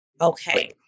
Okay